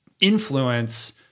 influence